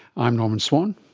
i'm norman swan,